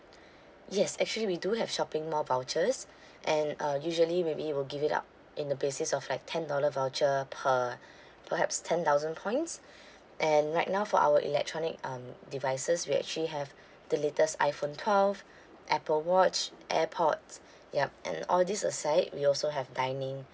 yes actually we do have shopping mall vouchers and uh usually we will give it out in the basis of like ten dollar voucher per perhaps ten thousand points and right now for our electronic um devices we actually have the latest iphone twelve apple watch airpods yup and all this aside we also have dining